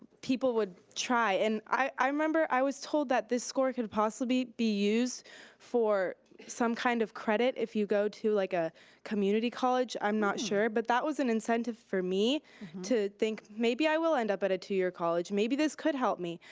people would try and i remember i was told that this score could possibly be be used for some kind of credit if you go to like a community college. i'm not sure. but that was an incentive for me to think maybe i will end up at a two year college. maybe this could help me.